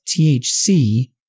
THC